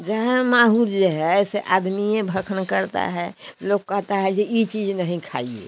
जो हर माहुर जो है सो आदमी ये भखन करते हैं लोग कहता है जो यह चीज नहीं खाइए